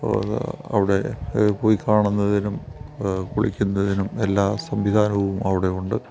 പോലെ അവിടെ പോയി കാണുന്നതിനും കുളിക്കുന്നതിനും എല്ലാ സംവിധാനവും അവിടെയുണ്ട്